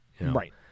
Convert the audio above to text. Right